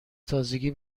تازگی